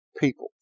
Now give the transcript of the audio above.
people